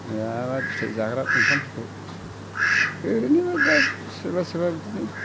फिथाइ जाग्रा बिफांफोरखौ ओरैनोबा दा सोरबा सोरबा बिदिनो